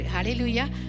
Hallelujah